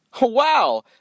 Wow